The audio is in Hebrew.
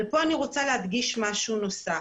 כאן אני רוצה להדגיש משהו נוסף.